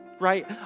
Right